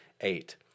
eight